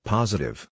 Positive